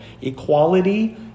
Equality